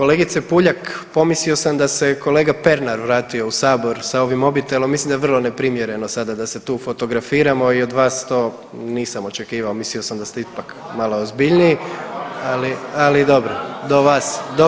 Kolegice Puljak pomislio sam da se kolega Pernar vratio u sabor sa ovim mobitelom, mislim da je vrlo neprimjereno sada da se tu fotografiramo i od vas to nisam očekivao, mislio sam da ste ipak malo ozbiljniji, ali dobro do vas je.